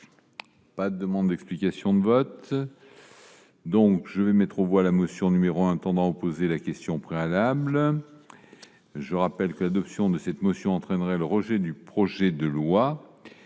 des demandes d'explication de vote ?... Je mets aux voix la motion n° 1, tendant à opposer la question préalable. Je rappelle que l'adoption de cette motion entraînerait le rejet du projet de loi.